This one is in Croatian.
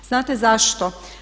Znate zašto?